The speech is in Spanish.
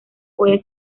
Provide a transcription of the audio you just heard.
puede